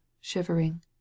shivering